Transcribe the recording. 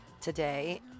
Today